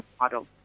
model